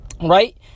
Right